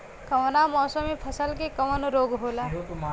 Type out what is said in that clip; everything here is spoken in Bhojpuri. कवना मौसम मे फसल के कवन रोग होला?